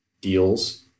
deals